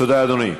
תודה, אדוני.